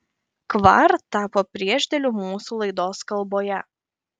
kvar tapo priešdėliu mūsų laidos kalboje